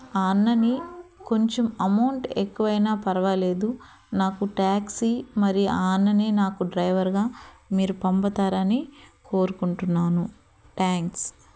ఆ అన్నని కొంచెం అమౌంట్ ఎక్కువైనా పర్వాలేదు నాకు ట్యాక్సీ మరి ఆ అన్ననే నాకు డ్రైవర్గా మీరు పంపుతారని కోరుకుంటున్నాను ట్యాంక్స్